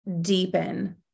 deepen